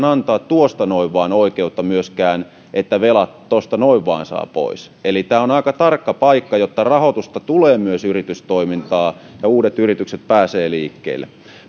antaa tuosta noin vain oikeutta myöskään että velat tuosta noin vain saa pois eli tämä on aika tarkka paikka jotta rahoitusta tulee myös yritystoimintaan ja uudet yritykset pääsevät liikkeelle